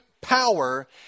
power